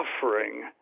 suffering